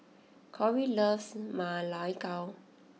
Corie loves Ma Lai Gao